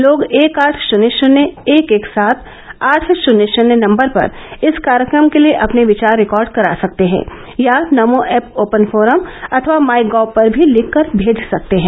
लोग एक आठ शुन्य शुन्य एक एक सात आठ शुन्य शुन्य नंबर पर इस कार्यक्रम के लिए अपने विचार रिकार्ड करा सकते हैं या नमो ऐप ओपन फोरम अथवा माई गॉव पर भी लिखकर भेज सकते हैं